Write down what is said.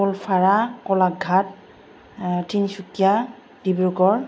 Goalpara Golaghat Tinsukia Dibrugarh